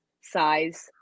size